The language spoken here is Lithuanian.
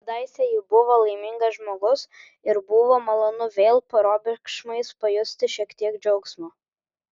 kadaise ji buvo laimingas žmogus ir buvo malonu vėl probėgšmais pajusti šiek tiek džiaugsmo